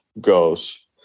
goes